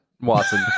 Watson